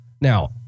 Now